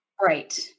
Right